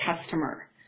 customer